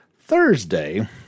Thursday